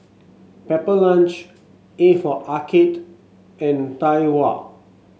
Pepper Lunch A for Arcade and Tai Hua